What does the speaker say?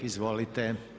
Izvolite.